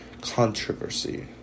controversy